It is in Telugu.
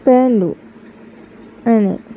పోయిండు ఆయన